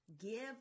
Give